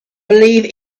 believe